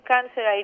Cancer